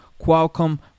Qualcomm